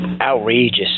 outrageous